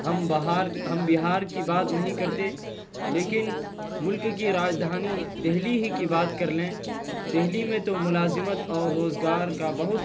ہم بہار ہم بہار کی بات نہیں کرتے لیکن ملک کی راجدھانی دہلی ہی کی بات کر لیں دہلی میں تو ملازمت اور روزگار کا بہت